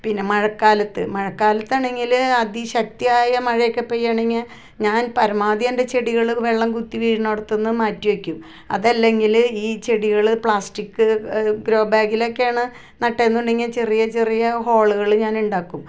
പിന്നെ മഴക്കാലത്ത് മഴക്കാലത്ത് ആണെങ്കിൽ അത് ശക്തിയായ മഴയൊക്കെ പെയ്യുകയാണെങ്കിൽ ഞാൻ പരമാവധി എൻ്റെ ചെടികൾ വെള്ളം കുത്തി വീഴുന്നിടടത്ത് നിന്ന് മാറ്റി വയ്ക്കും അതല്ല എങ്കിൽ ഈ ചെടികൾ പ്ലാസ്റ്റിക്ക് ഗ്രോ ബാഗിലൊക്കെ ആണ് നട്ടത് എന്നുണ്ടെങ്കിൽ ചെറിയ ചെറിയ ഹോളുകൾ ഞാൻ ഉണ്ടാക്കും